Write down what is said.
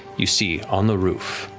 you see, on the roof,